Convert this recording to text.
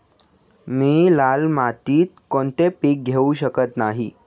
मी लाल मातीत कोणते पीक घेवू शकत नाही?